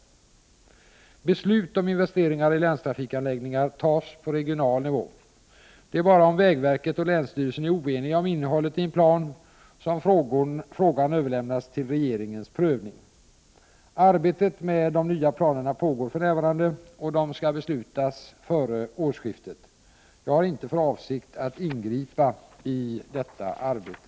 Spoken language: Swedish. Beslut om investeringar i länstrafikanläggningar tas på regional nivå. Det är bara om vägverket och länsstyrelsen är oeniga om innehållet i en plan som frågan överlämnas till regeringens prövning. Arbetet med de nya planerna pågår för närvarande, och dessa skall beslutas före årsskiftet. Jag har inte för avsikt att ingripa i detta arbete.